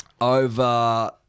over